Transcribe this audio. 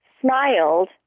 smiled